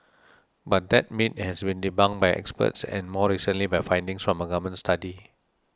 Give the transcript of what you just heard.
but that myth has been debunked by experts and more recently by findings from a Government study